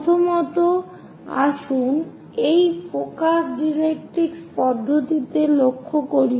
প্রথমত আসুন এই ফোকাস ডাইরেক্ট্রিক্স পদ্ধতিতে লক্ষ্য করি